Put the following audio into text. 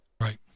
Right